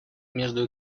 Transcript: между